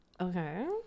Okay